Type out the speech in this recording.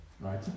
right